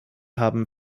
haben